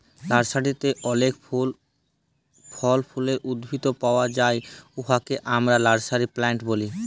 লার্সারিতে অলেক ফল ফুলের উদ্ভিদ পাউয়া যায় উয়াকে আমরা লার্সারি প্লান্ট ব্যলি